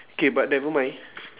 K but never mind